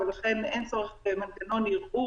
ולכן אין צורך במנגנון ערעור.